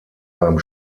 beim